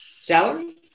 salary